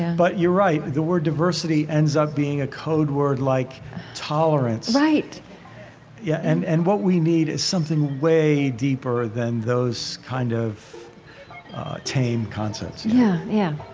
but you're right. the word diversity ends up being a code word like tolerance right yeah and and what we need is something way deeper than those kind of tame concepts yeah, yeah.